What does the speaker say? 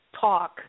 talk